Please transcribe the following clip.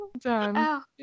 Done